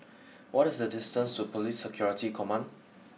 what is the distance to Police Security Command